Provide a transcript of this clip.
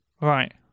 Right